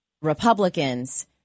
Republicans